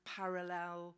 parallel